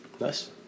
Nice